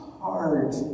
heart